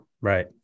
Right